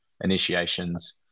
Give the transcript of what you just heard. initiations